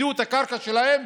עיבדו את הקרקע שלהם